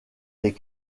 des